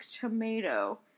tomato